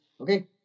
okay